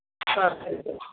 ಹಾಂ ಸರಿ ಸರ್